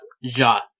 Ja